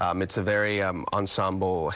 um it's very um ensemble-heavy